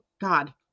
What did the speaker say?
God